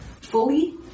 fully